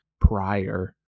prior